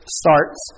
starts